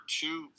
two